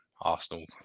Arsenal